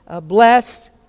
blessed